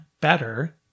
better